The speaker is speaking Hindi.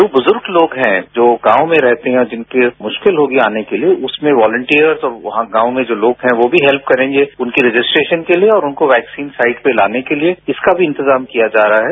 जो ब्रज़ुर्ग लोग है जो गांव में रहते हैं और जिनको मुश्किल होगी आने के लिए उसमें वोलिंटियर्स और वहां गांव में जो लोग हैं वो भी हेल्प करेंगे उनकी रजिस्ट्रेशन के लिए और उनको वैक्सीन साइट पे लाने के लिए इसका भी इंतजाम किया जा रहा है